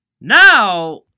Now